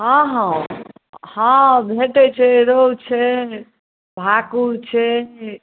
हँ हँ हँ भेटैत छै रोहु छै भाकुर छै